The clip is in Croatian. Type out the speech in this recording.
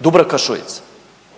Dubravka Šuica.